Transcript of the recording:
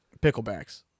Picklebacks